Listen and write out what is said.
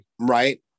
right